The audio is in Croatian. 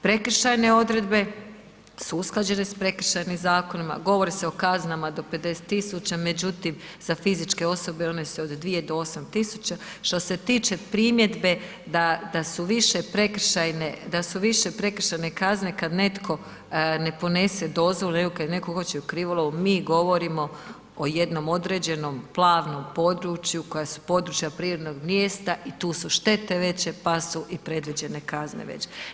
Prekršajne odredbe su usklađene s prekršajnim zakonima, govori se o kaznama do 50 000, međutim za fizičke osobe one su od 2 do 8000, što se tiče primjedbe da su više prekršajne kazne kad netko ne ponese dozvolu nego kad netko hoće u krivolov, mi govorimo o jednom određenom plavnom području koja su područja prirodnog mrijesta i tu su štete veće pa su i predviđene kazne veće.